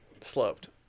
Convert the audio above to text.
sloped